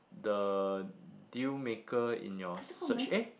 the deal maker in your search eh